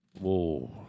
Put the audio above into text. Whoa